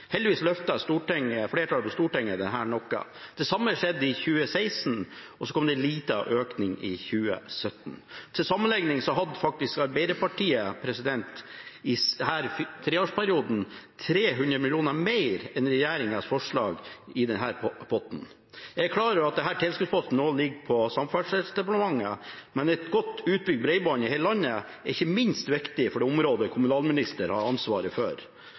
Heldigvis løftet flertallet på Stortinget det noe. Det samme skjedde i 2016, og så kom det en liten økning i 2017. Til sammenlikning hadde faktisk Arbeiderpartiet i denne treårsperioden 300 mill. kr mer enn regjeringens forslag til potten. Jeg er klar over at denne tilskuddsposten ligger under Samferdselsdepartementet, men et godt utbygd bredbånd i hele landet er ikke minst viktig for det området kommunalministeren har ansvaret for.